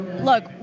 look